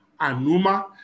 Anuma